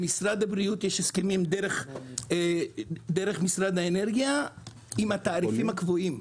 למשרד הבריאות יש הסכמים דרך משרד האנרגיה עם התעריפים הקבועים.